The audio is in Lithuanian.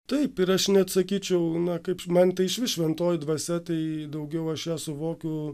taip ir aš net sakyčiau na kaip man tai išvis šventoji dvasia tai daugiau aš ją suvokiu